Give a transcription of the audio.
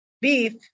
Beef